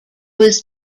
was